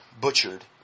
butchered